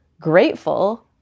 grateful